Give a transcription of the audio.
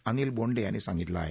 अनिल बोंडे यांनी सांगितलं आहे